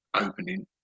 opening